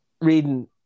reading